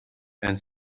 and